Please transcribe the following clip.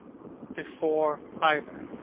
before either.